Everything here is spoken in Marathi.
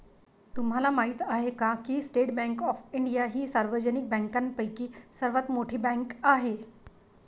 तुम्हाला माहिती आहे का की स्टेट बँक ऑफ इंडिया ही सार्वजनिक बँकांपैकी सर्वात मोठी बँक आहे